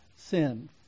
sin